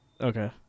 Okay